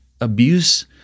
abuse